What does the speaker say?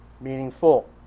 meaningful